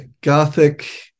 gothic